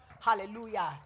Hallelujah